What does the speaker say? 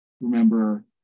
remember